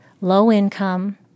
low-income